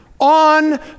on